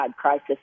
crisis